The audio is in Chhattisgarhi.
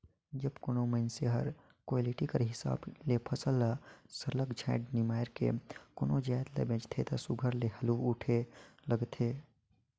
जब कोनो मइनसे हर क्वालिटी कर हिसाब ले फसल ल सरलग छांएट निमाएर के कोनो जाएत ल बेंचथे ता सुग्घर ले हालु उठे लगथे